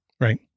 Right